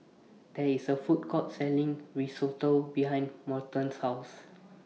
There IS A Food Court Selling Risotto behind Morton's House